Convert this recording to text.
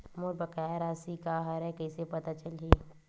मोर बकाया राशि का हरय कइसे पता चलहि?